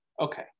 Okay